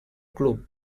club